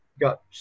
got